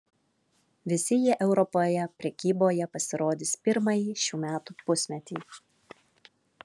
visi jie europoje prekyboje pasirodys pirmąjį šių metų pusmetį